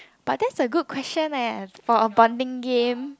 but that's a good question leh for a bonding game